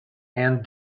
and